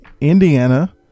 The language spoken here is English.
Indiana